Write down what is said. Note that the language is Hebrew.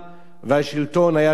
והשלטון היה טורקי.